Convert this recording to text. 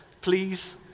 Please